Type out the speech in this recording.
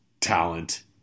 talent